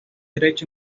derecho